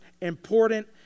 important